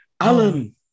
Alan